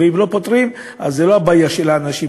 אם לא פותרים זו לא הבעיה של האנשים,